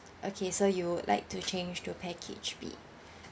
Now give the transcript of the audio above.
okay so you'd like to change to package B